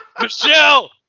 Michelle